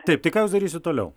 taip tai ką jūs darysit toliau